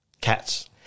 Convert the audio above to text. cats